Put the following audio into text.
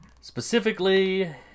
specifically